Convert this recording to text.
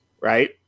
right